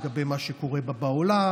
לגבי מה שקורה בה בעולם,